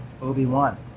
Obi-Wan